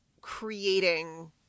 creating